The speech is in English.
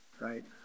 right